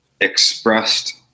expressed